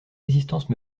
existence